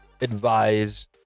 advise